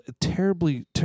terribly